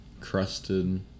crusted